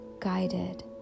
guided